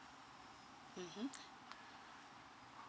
mmhmm